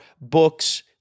books